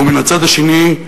ומן הצד השני,